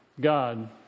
God